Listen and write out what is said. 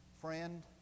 friend